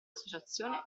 associazione